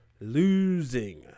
Losing